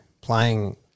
playing